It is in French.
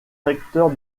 recteur